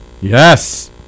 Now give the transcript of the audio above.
Yes